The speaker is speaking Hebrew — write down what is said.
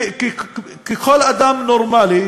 כל אדם נורמלי,